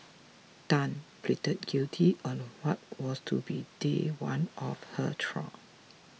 tan pleaded guilty on what was to be day one of her trial